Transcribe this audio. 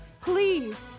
Please